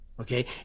Okay